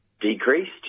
decreased